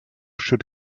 should